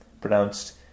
pronounced